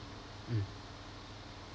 mm